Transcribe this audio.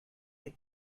les